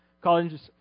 college